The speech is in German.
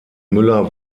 müller